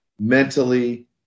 mentally